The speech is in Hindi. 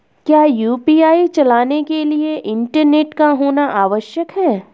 क्या यु.पी.आई चलाने के लिए इंटरनेट का होना आवश्यक है?